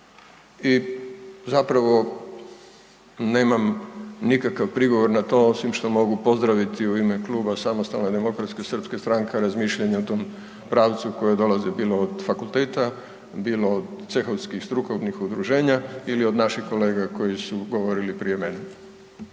I zapravo nemam nikakav prigovor na to, osim što mogu pozdraviti u ime Kluba SDSS-a razmišljanja u tom pravcu, koji dolaze, bilo od fakulteta, bilo od cehovskih strukovnih udruženja ili od naših kolega koji su govorili prije mene.